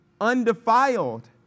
undefiled